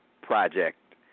project